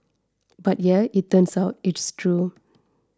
but yeah it turns out it's true